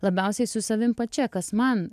labiausiai su savim pačia kas man